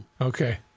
Okay